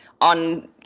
on